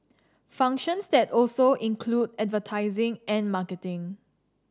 functions that also include advertising and marketing